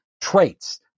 traits